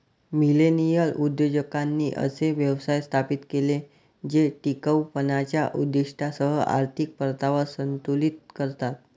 millennial उद्योजकांनी असे व्यवसाय स्थापित केले जे टिकाऊपणाच्या उद्दीष्टांसह आर्थिक परतावा संतुलित करतात